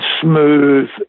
smooth